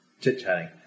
chit-chatting